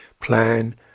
plan